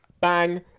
bang